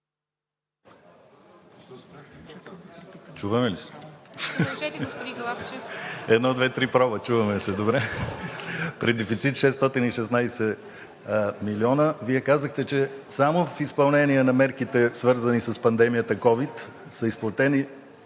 Чуваме ли се? (Оживление.) Чуваме се, добре. При дефицит 616 милиона – Вие казахте, че само в изпълнение на мерките, свързани с пандемията ковид, са изплатени